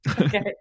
Okay